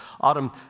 Autumn